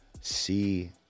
see